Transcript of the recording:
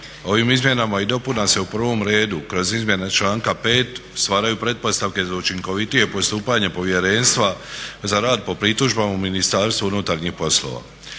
Ovim izmjenama i dopunama se u prvom redu kroz izmjene članka 5. stvaraju pretpostavke za učinkovitije postupanje Povjerenstva za rad po pritužbama u Ministarstvu unutarnjih poslova.